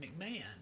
McMahon